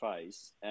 face